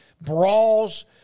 brawls